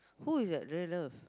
who is that